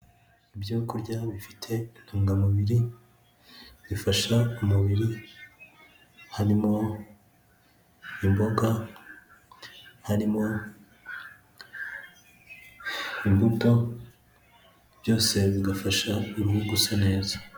Ibyokurya bifite intungamubiri bifasha umubiri harimo imboga, harimo imbuto. Byose bigafasha uruhu gusa neza.